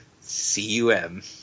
C-U-M